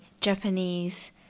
Japanese